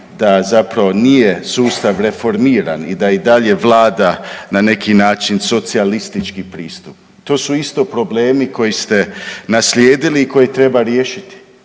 da zapravo nije sustav reformiran i da i dalje vlada na neki način socijalistički pristup. To su isto problemi koje ste naslijedili i koje treba riješiti.